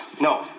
No